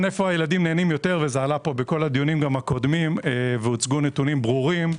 וזה עלה בכל הדיונים הקודמים והוצגו נתונים ברורים,